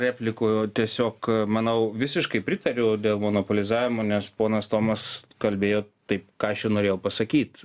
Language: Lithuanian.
replikų tiesiog manau visiškai pritariu dėl monopolizavimo nes ponas tomas kalbėjo taip ką aš ir norėjau pasakyt